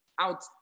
out